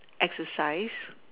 exercise